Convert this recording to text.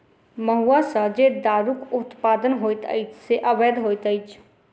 महुआ सॅ जे दारूक उत्पादन होइत अछि से अवैध होइत अछि